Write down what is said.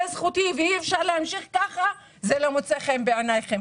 זכותנו ואי אפשר להמשיך כמו שהיה זה לא מוצא חן בעיניכם,